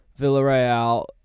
Villarreal